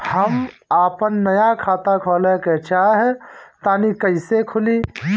हम आपन नया खाता खोले के चाह तानि कइसे खुलि?